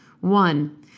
One